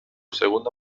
segundo